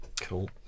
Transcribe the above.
Cool